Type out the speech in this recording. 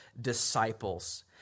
disciples